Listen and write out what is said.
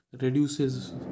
reduces